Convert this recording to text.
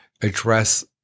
address